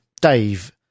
dave